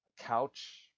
couch